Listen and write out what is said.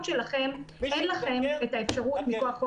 של המנכ"ל קנויה לו ואני חושב שצריך להקנות להם דבר כזה.